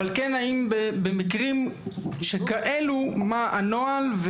אבל כן במקרים שכאלה מה הנוהל,